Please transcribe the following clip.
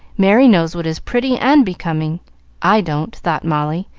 merry knows what is pretty and becoming i don't, thought molly,